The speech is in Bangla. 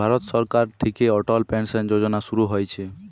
ভারত সরকার থিকে অটল পেনসন যোজনা শুরু হইছে